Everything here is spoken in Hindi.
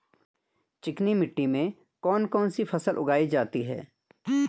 चिकनी मिट्टी में कौन कौन सी फसल उगाई जाती है?